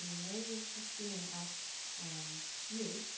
marie christine asks you,